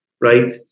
right